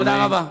תודה רבה,